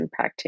impacting